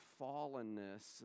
fallenness